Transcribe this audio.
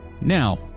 Now